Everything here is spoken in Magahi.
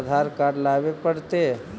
आधार कार्ड लाबे पड़तै?